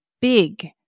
big